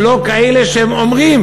אם לא כאלה שאומרים: